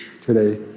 today